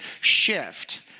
shift